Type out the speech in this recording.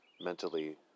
mentally